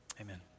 Amen